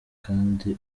kandi